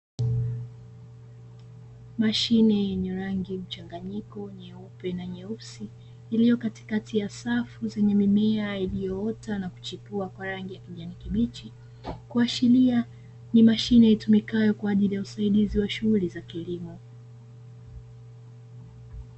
Mashine yenye rangi mchanganyiko nyeupe na nyeusi iliyo katika ya safu zenye mimea iliyoota na kuchipua kwa rangi ya kijani kibichi. Kuashiria ni mashine itumikayo kwaajili ya usaidizi wa shughuli za kilimo.